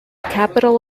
capital